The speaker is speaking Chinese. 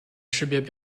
识别